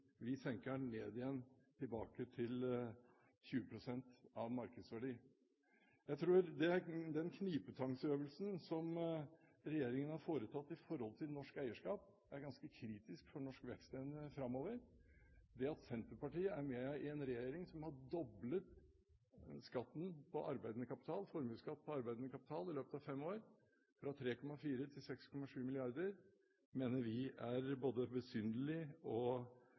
Vi senker den igjen til 20 pst. av markedsverdi. Jeg tror den knipetangsøvelsen som regjeringen har foretatt overfor norsk eierskap, er ganske kritisk for norsk vekstevne framover. Det at Senterpartiet er med i en regjering som har doblet formuesskatten på arbeidende kapital i løpet av fem år, fra 3,4 mrd. kr til 6,7 mrd. kr, mener vi er både besynderlig og